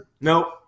Nope